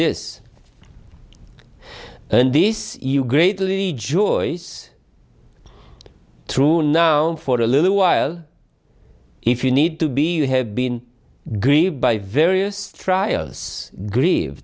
this and this you greatly joyce through now for a little while if you need to be you have been grieved by various trials grieve